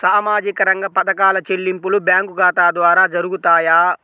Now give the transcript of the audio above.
సామాజిక రంగ పథకాల చెల్లింపులు బ్యాంకు ఖాతా ద్వార జరుగుతాయా?